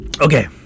Okay